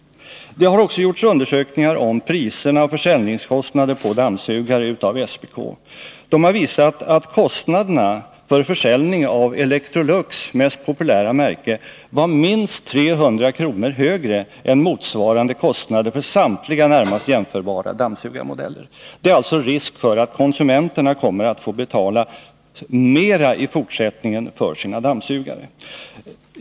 Det har också gjorts undersökningar av SPK om priser och försäljningskostnader för dammsugare. Man har visat att kostnaderna för försäljning av Electrolux mest populära märke var minst 300 kr. högre än motsvarande kostnader för samtliga närmast jämförbara dammsugarmodeller. Det är alltså risk för att konsumenterna kommer att få betala mer i fortsättningen för sina dammsugare.